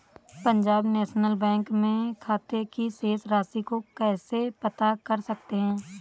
Punjab national bank में खाते की शेष राशि को कैसे पता कर सकते हैं?